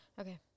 okay